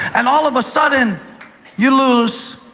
and all of a sudden you lose